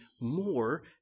more